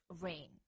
rain